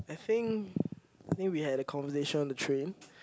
I think I think we had a conversation on the train